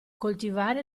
coltivare